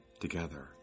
together